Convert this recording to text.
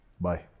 Bye